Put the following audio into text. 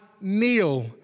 kneel